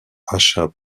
achats